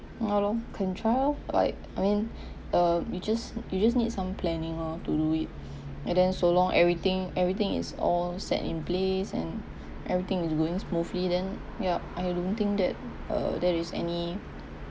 ya lor can try lor like I mean um you just you just need some planning loh to do it and then so long everything everything is all set in place and everything is going smoothly then ya I don't think that uh there is any